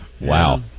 Wow